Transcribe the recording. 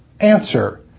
Answer